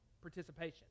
participation